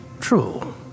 true